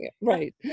Right